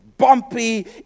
bumpy